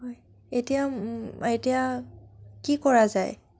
হয় এতিয়া এতিয়া কি কৰা যায়